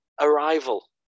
Arrival